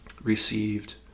received